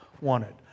wanted